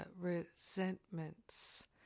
resentments